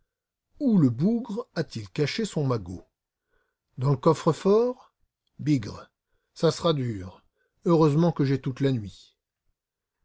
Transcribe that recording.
où le bougre a-t-il caché son magot dans le coffre-fort bigre ça sera dur heureusement que j'ai toute la nuit